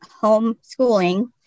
homeschooling